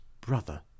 brother